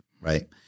Right